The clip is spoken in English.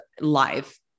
live